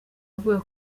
avuga